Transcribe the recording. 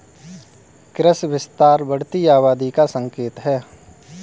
कृषि विस्तार बढ़ती आबादी का संकेत हैं